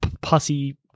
pussy